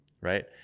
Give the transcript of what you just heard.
right